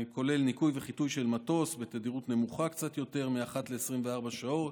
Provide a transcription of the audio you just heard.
כולל ניקוי וחיטוי של מטוס בתדירות נמוכה קצת יותר מאחת ל-24 שעות,